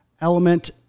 element